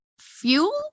fuel